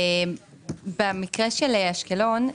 במקרה של אשקלון,